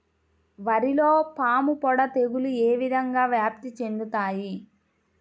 వరిలో పాముపొడ తెగులు ఏ విధంగా వ్యాప్తి చెందుతాయి?